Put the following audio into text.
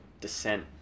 descent